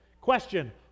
Question